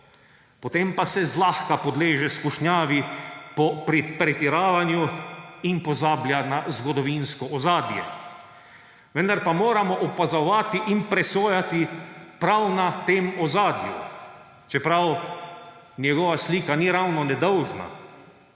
Potem pa se zlahka podleže skušnjavi po pretiravanju in pozablja na zgodovinsko ozadje. Vendar pa moramo opazovati in presojati prav na tem ozadju, čeprav njegova slika ni ravno nedolžna.